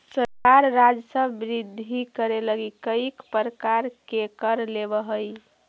सरकार राजस्व वृद्धि करे लगी कईक प्रकार के कर लेवऽ हई